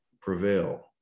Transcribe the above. prevail